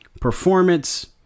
performance